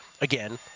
again